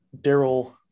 Daryl